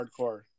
hardcore